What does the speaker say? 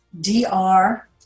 D-R